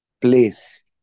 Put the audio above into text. place